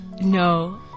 No